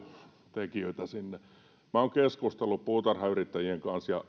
työntekijöitä sinne minä olen keskustellut puutarhayrittäjien kanssa ja